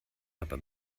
aber